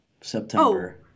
September